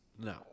No